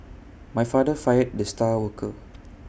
my father fired the star worker